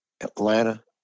Atlanta